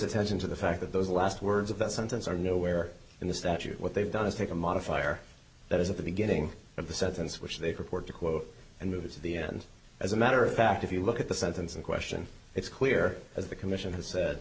attention to the fact that those last words of that sentence are nowhere in the statute what they've done is take a modifier that is at the beginning of the sentence which they purport to quote and move it to the end as a matter of fact if you look at the sentence in question it's clear as the commission has said